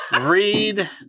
Read